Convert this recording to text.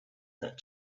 that